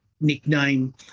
nickname